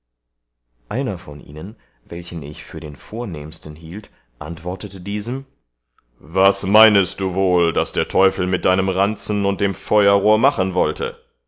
einer von ihnen welchen ich vor den vornehmsten hielt antwortete diesem was meinest du wohl daß der teufel mit deinem ranzen und dem feuerrohr machen wollte